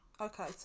Okay